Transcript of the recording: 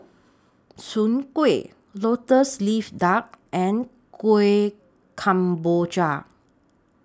Soon Kueh Lotus Leaf Duck and Kueh Kemboja